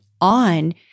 on